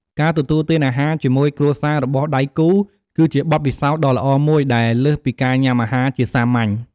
ការទទួលទានអាហារជាមួយគ្រួសាររបស់ដៃគូ គឺជាបទពិសោធន៍ដ៏ល្អមួយដែលលើសពីការញុំាអាហារជាសាមញ្ញ។